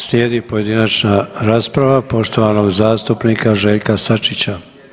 Slijedi pojedinačna rasprava poštovanog zastupnika Željka Sačića.